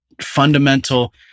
fundamental